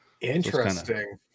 Interesting